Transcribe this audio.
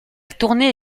tournée